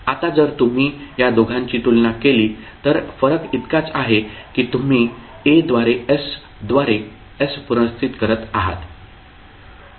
आता जर तुम्ही या दोघांची तुलना केली तर फरक इतकाच आहे की तुम्ही a द्वारे s द्वारे s पुनर्स्थित करत आहात